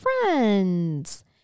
friends